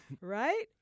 Right